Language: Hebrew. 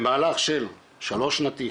ובמהלך של שלוש שנתי,